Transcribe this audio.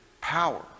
power